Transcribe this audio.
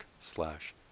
slash